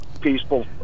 peaceful